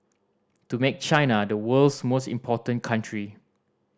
to make China the world's most important country